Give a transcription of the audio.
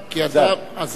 אה, זר, הבנתי.